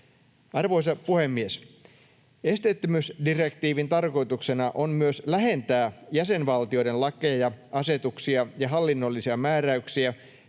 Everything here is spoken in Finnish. Arvoisa puhemies! Esteettömyysdirektiivin tarkoituksena on myös lähentää jäsenvaltioiden lakeja, asetuksia ja hallinnollisia määräyksiä